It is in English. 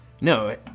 no